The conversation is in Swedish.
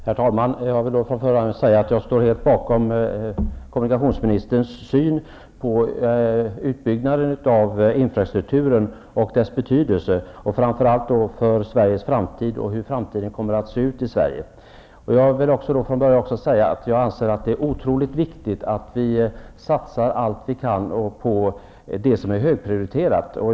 Herr talman! Jag vill från början säga att jag helt ansluter mig till kommunikationsministerns syn på betydelsen av utbyggnaden av infrastrukturen, framför allt med tanke på Sveriges framtid. Jag vill också från början säga att jag anser att det är oerhört viktigt att vi satsar allt vad vi kan på det som är högprioriterat.